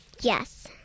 Yes